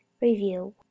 review